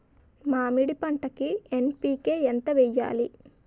మామిడి పంటకి ఎన్.పీ.కే ఎంత వెయ్యాలి?